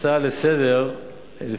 הצעה לסדר-היום,